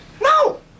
No